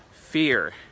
Fear